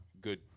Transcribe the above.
good